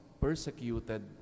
persecuted